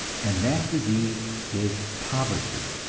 and that disease is poverty.